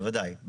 בוודאי.